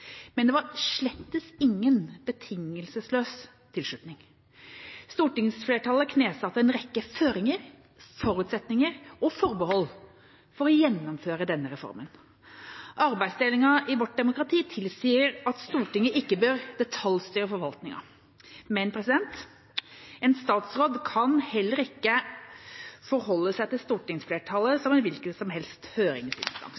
Men det var slettes ingen betingelsesløs tilslutning. Stortingsflertallet knesatte en rekke føringer, forutsetninger og forbehold for gjennomføringen av denne reformen. Arbeidsdelingen i vårt demokrati tilsier at Stortinget ikke bør detaljstyre forvaltningen. Men en statsråd kan heller ikke forholde seg til stortingsflertallet